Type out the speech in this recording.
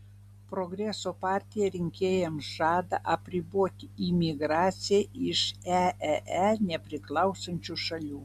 progreso partija rinkėjams žada apriboti imigraciją iš eee nepriklausančių šalių